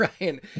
Ryan